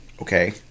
Okay